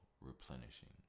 replenishing